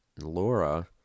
Laura